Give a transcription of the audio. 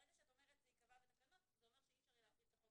ברגע שאת אומרת שזה ייקבע בתקנות זה אומר שאי אפשר יהיה להפעיל את החוק